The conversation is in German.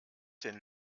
den